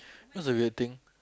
that's a weird thing